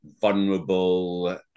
vulnerable